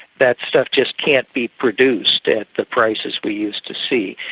that stuff just can't be produced at the prices we used to see.